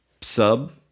sub